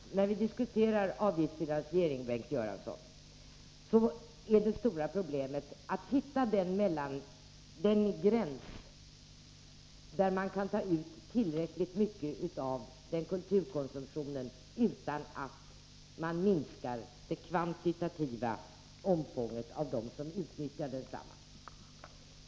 Herr talman! När vi diskuterar avgiftsfinansiering, Bengt Göransson, så är det stora problemet att hitta den gräns där man kan ta ut tillräckligt mycket av kulturkonsumtionen utan att man minskar antalet människor som utnyttjar densamma.